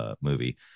movie